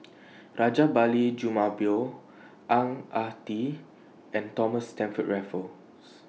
Rajabali Jumabhoy Ang Ah Tee and Thomas Stamford Raffles